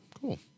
cool